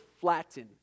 flatten